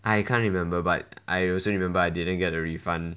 I can't remember but I also remember I didn't get a refund